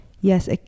Yes